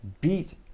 beat